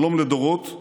שלום לדורות,